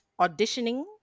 auditioning